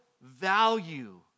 value